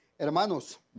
Hermanos